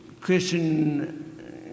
Christian